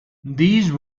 these